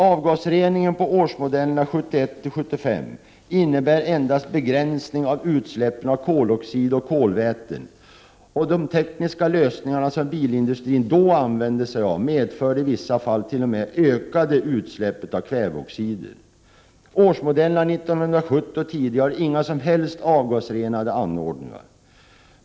Avgasreningen på årsmodellerna 1971-75 innebär endast begränsning av utsläppen av koloxid och kolväten. De tekniska lösningar som bilindustrin då använde sig av medförde i vissa fall t.o.m. ökade utsläpp av kväveoxider. Årsmodellerna 1970 och äldre har inga som helst avgasrenande anordningar.